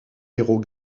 héros